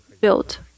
built